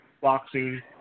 boxing